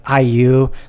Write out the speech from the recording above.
iu